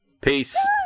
Peace